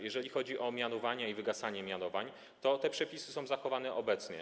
Jeżeli chodzi o mianowania i wygasanie mianowań, to te przepisy są zachowane obecnie.